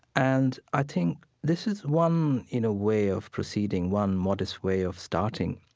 and i think this is one in a way of proceeding, one modest way of starting.